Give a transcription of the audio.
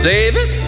David